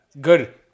good